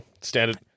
Standard